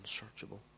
unsearchable